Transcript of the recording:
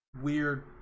weird